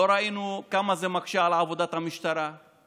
לא ראינו כמה זה מקשה על עבודת המשטרה,